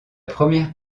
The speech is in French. première